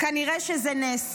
כנראה שזה נס.